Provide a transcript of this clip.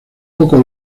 poco